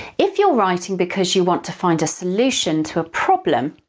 if you're writing because you want to find a solution to a problem,